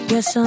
Yes